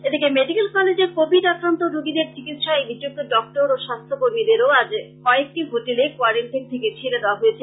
এদিকে মেডিকেল কলেজে কোবিড আক্রান্ত রোগীদের চিকিৎসায় নিযুক্ত ডক্টর ও স্বাস্থ্য কর্মীদেরও আজ কয়েকটি হোটেলে কোয়ারেনটাইন থেকে ছেড়ে দেওয়া হয়েছে